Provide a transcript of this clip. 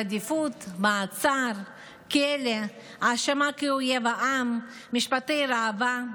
רדיפות, מעצר, כלא, האשמה כאויב העם, משפטי ראווה.